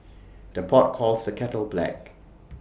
the pot calls the kettle black